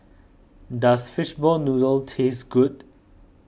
does Fishball Noodle taste good